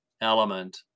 element